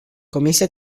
comisia